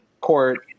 court